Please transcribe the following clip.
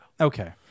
Okay